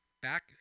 back